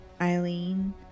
Eileen